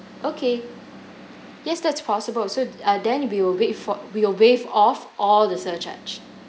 okay yes that's possible also uh then we will wait for will waive off all the surcharge